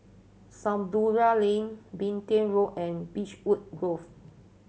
Samudera Lane Petain Road and Beechwood Grove